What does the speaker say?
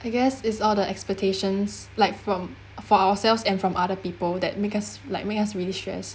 I guess is all the expectations like from for ourselves and from other people that make us like make us really stress